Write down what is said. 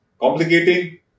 complicating